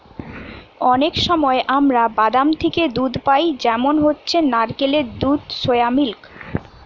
অনেক সময় আমরা বাদাম থিকে দুধ পাই যেমন হচ্ছে নারকেলের দুধ, সোয়া মিল্ক